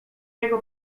jego